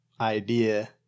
idea